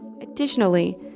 Additionally